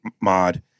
mod